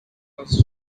cause